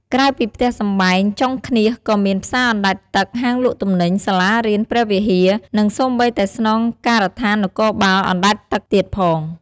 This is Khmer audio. ក្រៅពីផ្ទះសម្បែង ចុងឃ្នាសក៏មានផ្សារអណ្ដែតទឹក ហាងលក់ទំនិញ សាលារៀន ព្រះវិហារ និងសូម្បីតែស្នងការដ្ឋាននគរបាលអណ្ដែតទឹកទៀតផង។